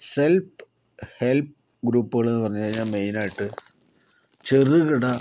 self help ഗ്രൂപ്പുകള് എന്ന് പറഞ്ഞ് കഴിഞ്ഞാൽ മെയിനായിട്ട് ചെറുകിട